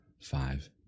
five